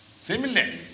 similarly